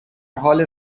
حال